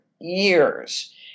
years